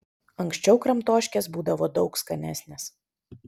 anksčiau kramtoškės būdavo daug skanesnės